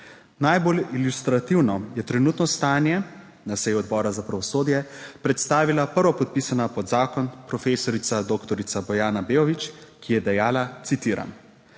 Najbolj ilustrativno je trenutno stanje na seji Odbora za pravosodje predstavila prvopodpisana pod zakon prof. dr. Bojana Beović, ki je dejala, citiram: